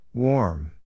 Warm